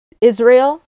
Israel